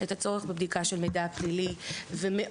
את הצורך בבדיקה של מידע פלילי ומעורר